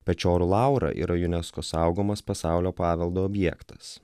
pečorų laura yra unesco saugomas pasaulio paveldo objektas